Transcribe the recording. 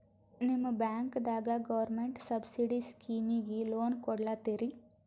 ನಿಮ ಬ್ಯಾಂಕದಾಗ government subsidy ಸ್ಕೀಮಿಗಿ ಲೊನ ಕೊಡ್ಲತ್ತೀರಿ?